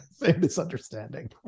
misunderstanding